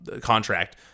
contract